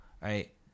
right